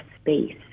space